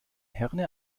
herne